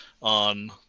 on